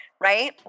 right